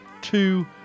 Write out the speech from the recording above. two